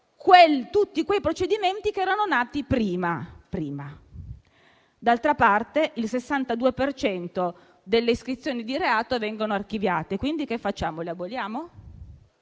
tutti quei procedimenti che erano nati prima. D'altra parte, il 62 per cento delle iscrizioni di reato vengono archiviate, quindi che facciamo, le aboliamo?